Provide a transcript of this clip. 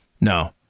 no